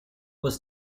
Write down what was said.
was